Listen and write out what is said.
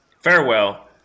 farewell